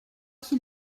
qui